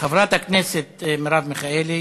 חברת הכנסת מרב מיכאלי,